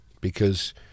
because-